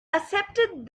accepted